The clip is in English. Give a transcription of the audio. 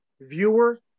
viewer